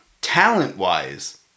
Talent-wise